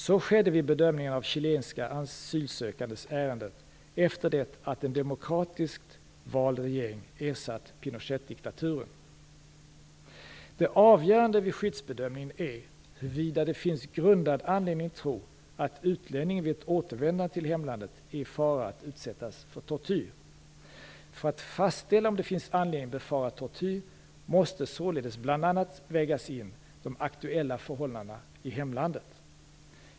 Så skedde vid bedömningarna av chilenska asylsökandes ärenden efter det att en demokratiskt vald regering ersatt Pinochetdiktaturen. Det avgörande vid skyddsbedömningen är huruvida det finns grundad anledning tro att utlänningen vid ett återvändande till hemlandet är i fara att utsättas för tortyr. För att fastställa om det finns anledning befara tortyr måste således vägas in bl.a. de aktuella förhållandena i hemlandet.